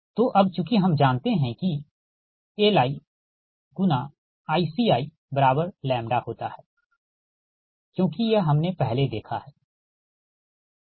तो अब चूँकि हम जानते हैं कि Li×ICiλ होता है क्योंकि यह हमनें पहले देखा है ठीक